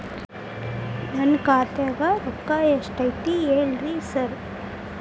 ನನ್ ಖಾತ್ಯಾಗ ರೊಕ್ಕಾ ಎಷ್ಟ್ ಐತಿ ಹೇಳ್ರಿ ಸಾರ್?